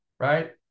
Right